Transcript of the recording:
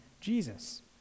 Jesus